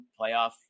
playoff